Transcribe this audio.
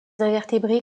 invertébrés